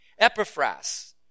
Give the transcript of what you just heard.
Epiphras